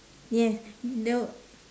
yes no